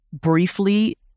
briefly